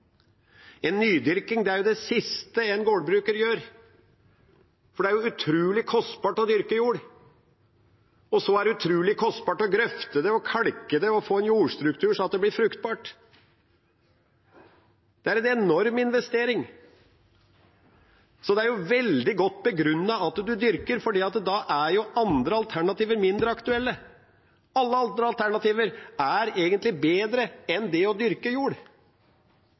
Nydyrking er det siste en gårdbruker gjør, for det er utrolig kostbart å dyrke jord. Og så er det utrolig kostbart å grøfte og kalke og få en jordstruktur sånn at det blir fruktbart. Det er en enorm investering. Så det er jo veldig godt begrunnet at man dyrker, for da er andre alternativer mindre aktuelle. Alle andre alternativer er egentlig bedre enn det å dyrke jord.